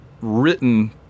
written